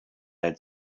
had